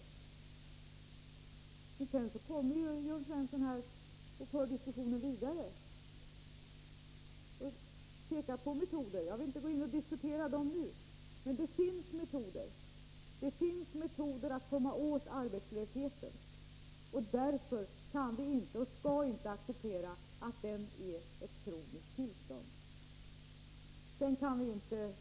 Sedan för Jörn Svensson diskussionen vidare och pekar på metoder. Jag vill inte diskutera dem nu, men det finns metoder för att komma åt arbetslösheten, och därför kan vi inte och skall inte acceptera att arbetslösheten är ett kroniskt tillstånd.